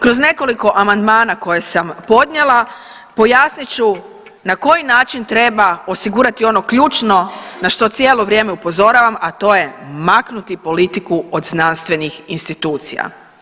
Kroz nekoliko amandmana koje sam podnijela, pojasnit ću na koji način treba osigurati ono ključno na što cijelo vrijeme upozoravam, a to je maknuti politiku od znanstvenih institucija.